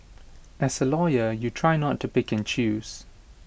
as A lawyer you try not to pick and choose